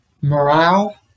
morale